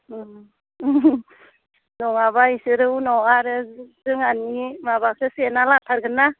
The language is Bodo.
नङाब्ला इसोरो उनाव आरो जोंहानि माबाखो सेना लाथारगोनना